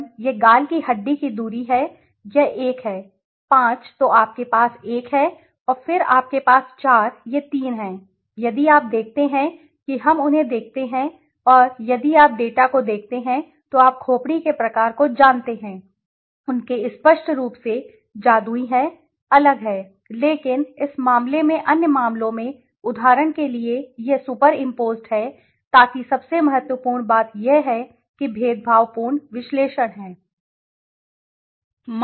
तो 154 यह गाल की हड्डी की दूरी है यह एक है 5 तो आपके पास 1 है और फिर आपके पास 4 ये तीन हैं यदि आप देखते हैं कि हम उन्हें देखते हैं और यदि आप डेटा को देखते हैं तो आप खोपड़ी के प्रकार को जानते हैं उनके स्पष्ट रूप से जुदाई है अलग है लेकिन इस मामले में अन्य मामलों में उदाहरण के लिए यह सुपर इम्पोज़ड है ताकि सबसे महत्वपूर्ण बात यह है कि भेदभावपूर्ण विश्लेषण है